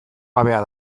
gabea